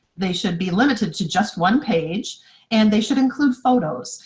they should be limited to just one page and they should include photos,